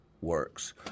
works